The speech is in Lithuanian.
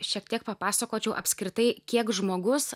šiek tiek papasakočiau apskritai kiek žmogus